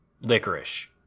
licorice